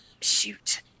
shoot